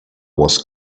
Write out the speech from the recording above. wars